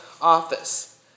office